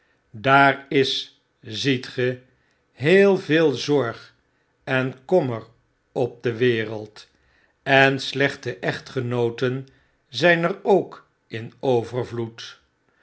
daar is ziet ge heel veel zorg en kommer op de wereld en slechte echtgenooten zijn er ook in overvloed